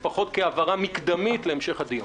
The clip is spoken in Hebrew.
לדעתי כן.